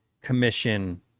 commission